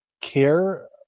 care